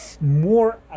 more